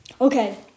Okay